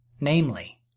Namely